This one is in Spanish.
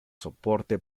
soporte